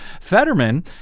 Fetterman